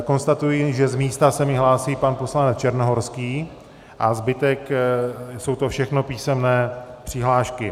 Konstatuji, že z místa se mi hlásí pan poslanec Černohorský a zbytek jsou všechno písemné přihlášky.